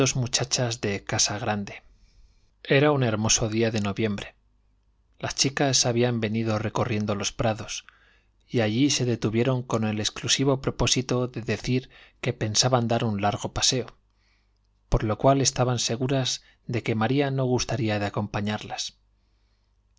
muchachas de la casa grande era un hermoso día de noviembre las chicas habían venido recorriendo los prados y allí se detuvieron can el exclusivo propósito de decir que pensaban dar un largo paseo por lo cual estaban seguras de que maría no gustaría de acompañarlas